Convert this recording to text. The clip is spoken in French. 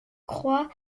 croient